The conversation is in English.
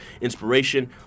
inspiration